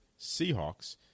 Seahawks